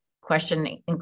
question